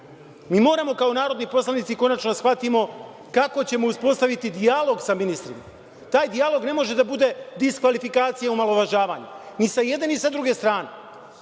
kao narodni poslanici konačno da shvatimo kako ćemo uspostaviti dijalog sa ministrima. Taj dijalog ne može da bude diskvalifikacija, omalovažavanje ni sa jedne ni sa druge strane. Moramo